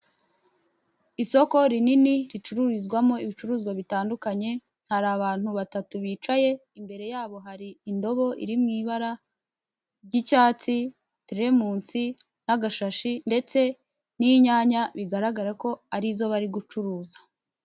Isoko rinini ricururizwamo ibicuruzwa bitandukanye hari abantu batatu bicaye imbere yabo hari indobo iri muibara ry'icyatsi, teremunsi n'agashashi ndetse n'inyanya bigaragara ko ari izo bari gucuruza.